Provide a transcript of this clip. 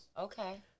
Okay